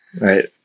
Right